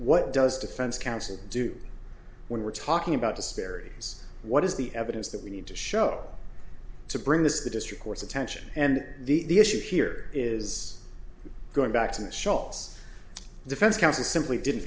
what does defense counsel do when we're talking about disparities what is the evidence that we need to show to bring this the district court's attention and the issue here is going back to the shots defense counsel simply didn't